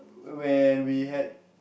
when we had